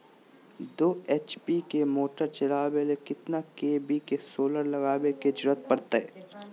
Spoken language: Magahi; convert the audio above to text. दो एच.पी के मोटर चलावे ले कितना के.वी के सोलर लगावे के जरूरत पड़ते?